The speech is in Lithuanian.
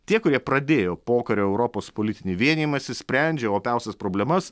tie kurie pradėjo pokario europos politinį vienijimąsi sprendžia opiausias problemas